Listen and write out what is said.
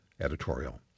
editorial